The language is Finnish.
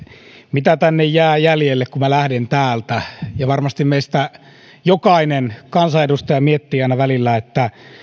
mitä tänne jää jäljelle kun mä lähden täältä ja varmasti meistä jokainen kansanedustaja miettii aina välillä sitä mitä